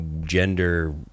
gender